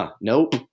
nope